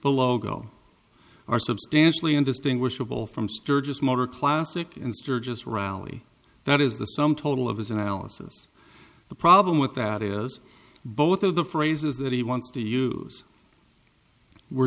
the logo are substantially indistinguishable from sturgis motor classic in sturgis rally that is the sum total of his analysis the problem with that is both of the phrases that he wants to use were